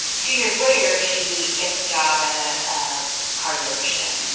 two years later, she gets a job at ah a car dealership.